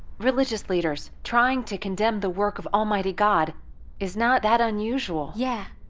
religious leaders trying to condemn the work of almighty god is not that unusual. yeah